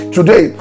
Today